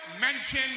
mention